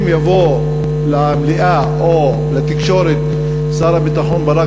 אם יבוא למליאה או לתקשורת שר הביטחון ברק